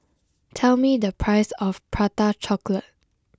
tell me the price of Prata Chocolate